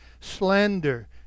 slander